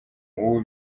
ubu